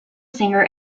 singer